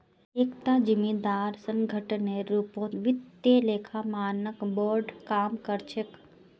एकता जिम्मेदार संगठनेर रूपत वित्तीय लेखा मानक बोर्ड काम कर छेक